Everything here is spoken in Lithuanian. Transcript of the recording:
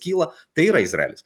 kyla tai yra izraelis